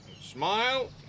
Smile